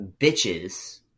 bitches